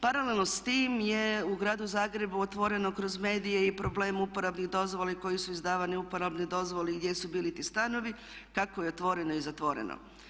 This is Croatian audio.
Paralelno s time je u gradu Zagrebu otvoreno kroz medije i problem uporabnih dozvola i koje su izdavane uporabne dozvole i gdje su bili ti stanovi, kako je otvoreno i zatvoreno.